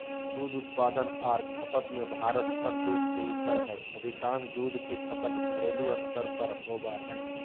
दूध उत्पादन आर खपत में भारत सब देश से ऊपर हई अधिकांश दूध के खपत घरेलू स्तर पर होवई हई